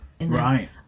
Right